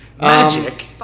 Magic